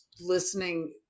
listening